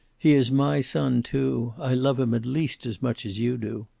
he is my son, too. i love him at least as much as you do.